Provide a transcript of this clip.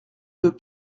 deux